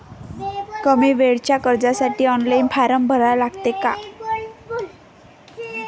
कमी वेळेच्या कर्जासाठी ऑनलाईन फारम भरा लागते का?